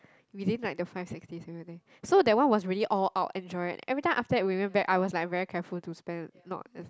within like the five sixty seventy so that one was really all out enjoying every time after that we went back I was like very careful to spend not as